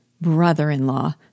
Brother-in-law